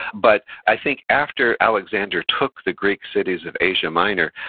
but, i think after alexander took the greek cities of asia minor,